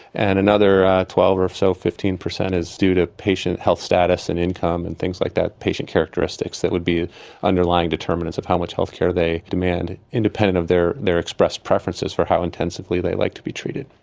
and another twelve or so, fifteen per cent is due to patient health status and income and things like that, patient characteristics that would be underlying determinants of how much healthcare they demand independent of their their express preferences for how intensively they like to be treated.